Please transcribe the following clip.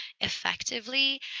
effectively